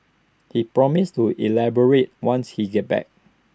he promises to elaborate once he gets back